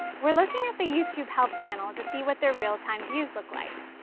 we're looking at the youtube help channel to see what their real-time views look like.